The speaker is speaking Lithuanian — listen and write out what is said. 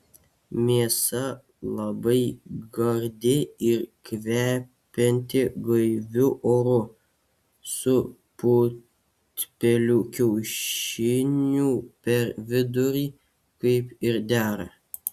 mėsa labai gardi ir kvepianti gaiviu oru su putpelių kiaušiniu per vidurį kaip ir dera